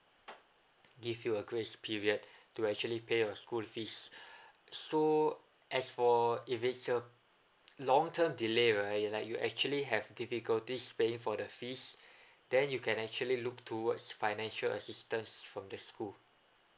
give you a grace period to actually pay a school fees so as for if it's a long term delay right like you actually have difficulties paying for the fees then you can actually look towards financial assistance from the school